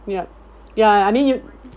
yup ya I mean you